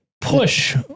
Push